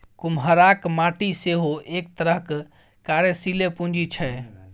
कुम्हराक माटि सेहो एक तरहक कार्यशीले पूंजी छै